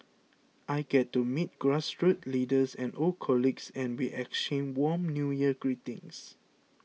I get to meet grassroots leaders and old colleagues and we exchange warm New Year greetings